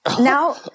Now